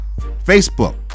Facebook